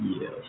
yes